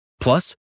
Plus